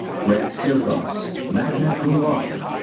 grant searfoss, magna cum laude.